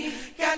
Got